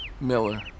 Miller